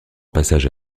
passage